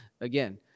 again